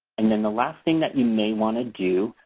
and then the last thing that you may want to do,